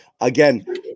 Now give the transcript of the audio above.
again